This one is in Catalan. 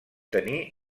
tenir